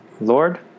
Lord